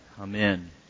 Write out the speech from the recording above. Amen